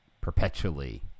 perpetually